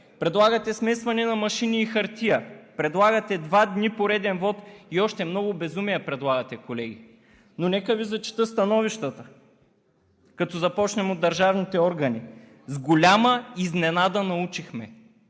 Предлагате смесване на машини и хартия, предлагате два дни пореден вот и още много безумия предлагате, колеги. Но нека Ви зачета становищата, като започнем от държавните органи: „С голяма изненада научихме“